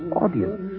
audience